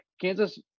Kansas